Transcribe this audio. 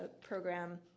program